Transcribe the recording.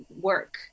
work